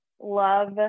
love